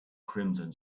crimson